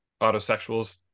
autosexuals